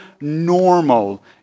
normal